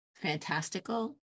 fantastical